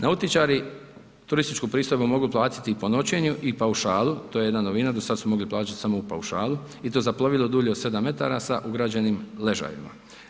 Nautičari turističku pristojbu mogu platiti i po noćenju i paušalu, to je jedna novina, do sada su mogli plaćati samo u paušalu i to za plovilo dulje od 7 metara sa ugrađenim ležajevima.